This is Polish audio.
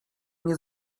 nie